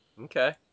Okay